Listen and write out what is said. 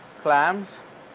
clams,